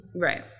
Right